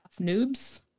Noobs